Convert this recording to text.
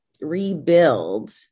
rebuild